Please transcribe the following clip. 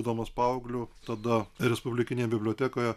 būdamas paaugliu tada respublikinėj bibliotekoje